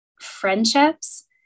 friendships